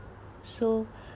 so